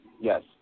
Yes